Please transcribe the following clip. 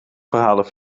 verhalen